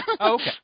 Okay